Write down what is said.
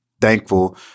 thankful